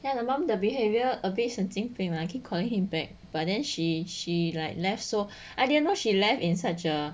那个 mum the behavior a bit 神经病 lah keep calling him back but then she she like left so I didn't know she left in such a